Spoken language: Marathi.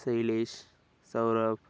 सैलेश सौरभ